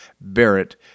Barrett